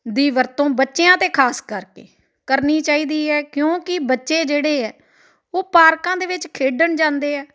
ਦੀ ਵਰਤੋਂ ਬੱਚਿਆਂ 'ਤੇ ਖਾਸ ਕਰਕੇ ਕਰਨੀ ਚਾਹੀਦੀ ਹੈ ਕਿਉਂਕਿ ਬੱਚੇ ਜਿਹੜੇ ਹੈ ਉਹ ਪਾਰਕਾਂ ਦੇ ਵਿੱਚ ਖੇਡਣ ਜਾਂਦੇ ਆ